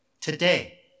today